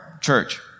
church